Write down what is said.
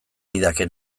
lidake